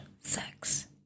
sex